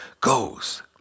goes